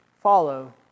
follow